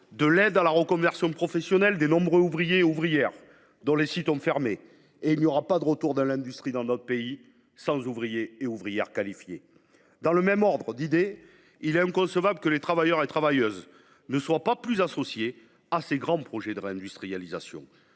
de l’aide à la reconversion professionnelle des nombreux ouvriers et ouvrières dont les sites ont fermé ? Il n’y aura pas de retour de l’industrie dans notre pays sans ouvriers et ouvrières qualifiés. C’est vrai ! Dans le même ordre d’idée, il est inconcevable que les travailleurs et travailleuses ne soient pas davantage associés à ces grands projets de réindustrialisation.